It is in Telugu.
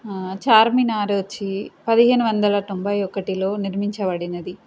చార్మినార్ వచ్చి పదిహేను వందల తొంభై ఒకటిలో నిర్మించబడినది